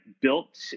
built